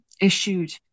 issued